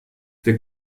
der